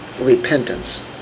repentance